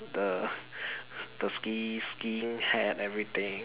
the the skis skiing hat everything